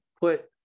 put